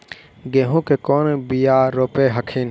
गेहूं के कौन बियाह रोप हखिन?